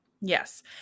Yes